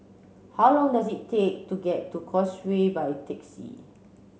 how long does it take to get to Causeway by taxi